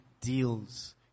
deals